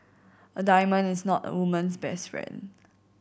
a diamond is not a woman's best friend